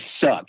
suck